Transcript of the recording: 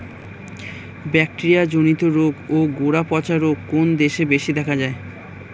Bacteria জনিত রোগ ও গোড়া পচা রোগ কোন দেশে বেশি দেখা যায়?